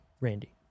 Randy